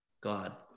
God